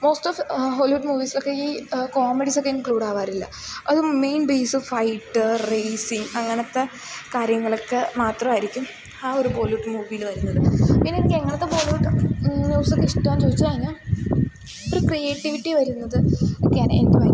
most of Hollywood മൂവീസിലൊക്കെ ഈ കോമഡീസൊക്കെ ഇൻക്ലൂഡാകാറില്ല അത് മെയിൻ ബെയ്സ് ഫൈറ്റ് റേയ്സിംഗ് അങ്ങനത്തെ കാര്യങ്ങളൊക്കെ മാത്രമായിരിക്കും ആ ഒരു ബോളിവുഡ് മൂവിയിൽ വരുന്നത് പിന്നെ എനിക്ക് എങ്ങനത്തെ ബോളിവുഡ് മൂവിസൊക്കെ ഇഷ്ടമെന്നു ചോദിച്ചു കഴിഞ്ഞാൽ ഒരു ക്രിയേറ്റിവിറ്റി വരുന്നത് ഒക്കെയാണ് എനിക്ക് ഭയങ്കര ഇഷ്ടം